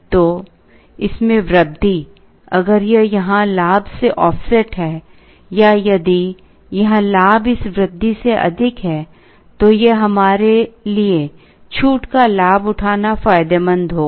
तो इसमें वृद्धि अगर यह यहाँ लाभ से ऑफसेट है या यदि यहाँ लाभ इस वृद्धि से अधिक है तो यह हमारे लिए छूट का लाभ उठाना फायदेमंद होगा